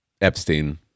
Epstein